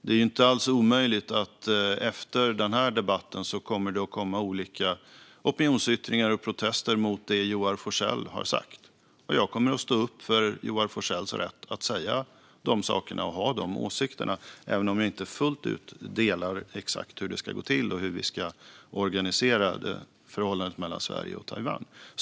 Det är inte alls omöjligt att det efter den här debatten kommer olika opinionsyttringar och protester mot det Joar Forssell har sagt. Jag kommer att stå upp för Joar Forssells rätt att säga de sakerna och ha de åsikterna även om jag inte fullt ut delar dem när det gäller exakt hur det ska gå till och hur vi ska organisera förhållandet mellan Sverige och Taiwan.